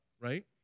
right